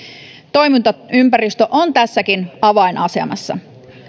toimintaympäristö on tässäkin avainasemassa